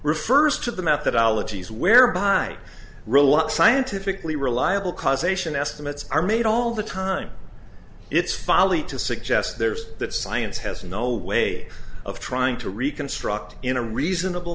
refers to the methodology is whereby relock scientifically reliable causation estimates are made all the time it's folly to suggest there's that science has no way of trying to reconstruct in a reasonable